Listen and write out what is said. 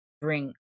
bring